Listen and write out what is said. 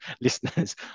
listeners